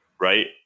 right